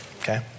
okay